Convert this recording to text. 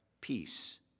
peace